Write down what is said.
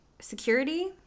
security